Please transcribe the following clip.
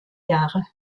jahre